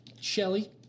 shelly